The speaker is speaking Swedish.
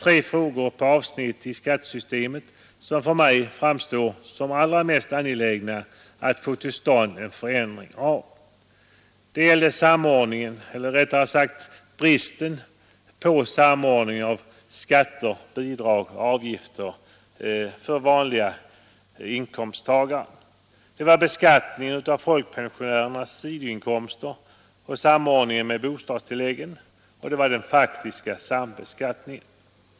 De berörde avsnitt i skattesystemet som för mig framstår som allra mest angelägna att få en förändring av. Det gällde samordningen eller rättare bristen på samordning — av skatter, bidrag och avgifter för vanliga inkomsttagare, det gällde beskattningen av folkpensionärernas sidoinkomster och samordningen med bostadsbidragen och det gällde den faktiska sambeskattningen.